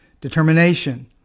determination